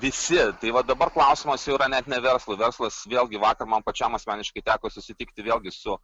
visi tai va dabar klausimas jau yra net ne verslui verslas vėlgi vakar man pačiam asmeniškai teko susitikti vėlgi su